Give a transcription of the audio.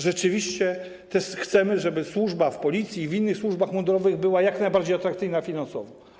Rzeczywiście chcemy, żeby służba w Policji i w innych służbach mundurowych była jak najbardziej atrakcyjna finansowo.